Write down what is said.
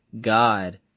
God